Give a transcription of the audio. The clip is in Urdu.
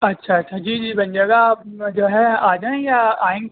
اچھا اچھا جی جی بنجگہ آپ جو ہے آ جائیں یا آئیں